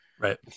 right